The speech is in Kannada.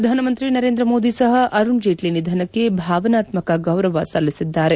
ಪ್ರಧಾನ ಮಂತ್ರಿ ನರೇಂದ್ರ ಮೋದಿ ಸಹ ಅರುಣ್ ಜೇಟ್ಲಿ ನಿಧನಕ್ಕೆ ಭಾವನಾತ್ಮಕ ಗೌರವ ಸಲ್ಲಿಸಿದ್ದಾರೆ